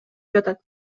жатат